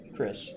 Chris